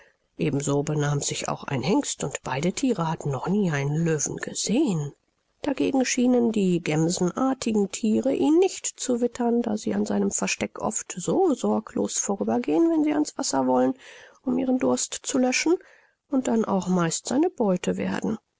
so benahm sich auch ein hengst und beide thiere hatten noch nie einen löwen gesehen dagegen scheinen die gemsenartigen thiere ihn nicht zu wittern da sie an seinem versteck oft so sorglos vorübergehen wenn sie an's wasser wollen um ihren durst zu löschen und dann auch meist seine beute werden